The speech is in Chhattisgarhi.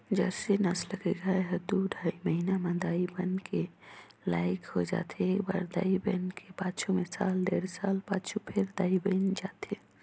जरसी नसल के गाय ह दू ढ़ाई महिना म दाई बने के लइक हो जाथे, एकबार दाई बने के पाछू में साल डेढ़ साल पाछू फेर दाई बइन जाथे